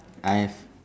I've